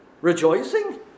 rejoicing